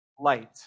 light